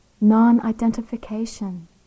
non-identification